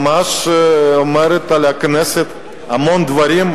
ממש אומרת על הכנסת המון דברים,